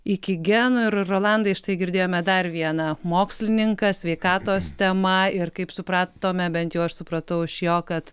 iki genų ir rolandai štai girdėjome dar vieną mokslininką sveikatos tema ir kaip supratome bent jau aš supratau iš jo kad